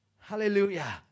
Hallelujah